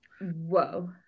Whoa